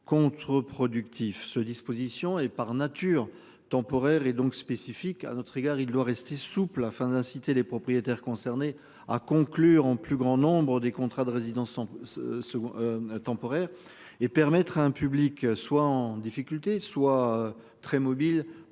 se disposition est par nature temporaire et donc spécifique à notre égard, il doit rester souple afin d'inciter les propriétaires concernés à conclure en plus grand nombre des contrats de résidence. Sont. Temporaires et permettre à un public soit en difficulté soit très mobiles